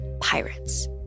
pirates